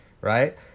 right